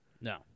No